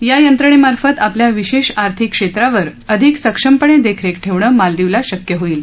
या यंत्रणेमार्फत आपल्या विशेष आर्थिक क्षेत्रावर अधिक सक्षमपणे देखरेख ठेवणं मालदिवला शक्य होणार आहे